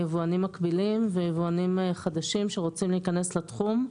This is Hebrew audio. יבואנים מקבלים ויבואנים חדשים שרוצים להיכנס לתחום.